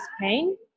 pain